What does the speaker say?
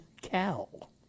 Cal